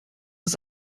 ist